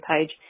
page